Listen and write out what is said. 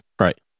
Right